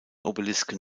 obelisken